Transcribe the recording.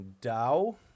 Dow